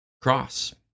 cross